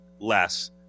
less